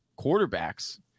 quarterbacks